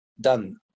done